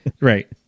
right